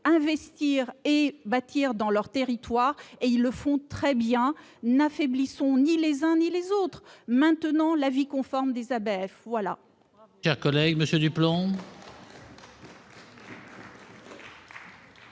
investir et bâtir dans leur territoire, ce qu'ils font très bien. N'affaiblissons ni les uns ni les autres ; maintenons l'avis conforme des ABF. La